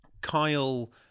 Kyle